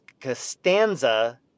Costanza